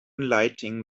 lighting